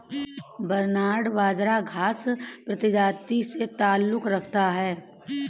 barnyard बाजरा घांस प्रजाति से ताल्लुक रखता है